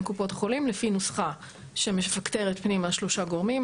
קופות החולים לפי נוסחה שמפקטרת פנימה שלושה גורמים,